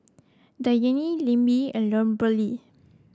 Dianne Lemma and Kimberlee